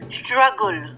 struggle